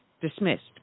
dismissed